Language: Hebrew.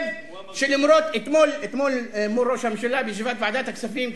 אתמול מול ראש הממשלה בישיבת ועדת הכספים,